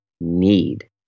need